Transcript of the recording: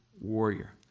warrior